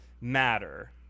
matter